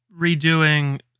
redoing